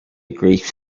greeks